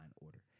order